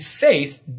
faith